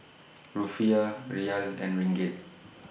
Rufiyaa Riyal and Ringgit